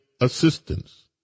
assistance